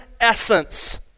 essence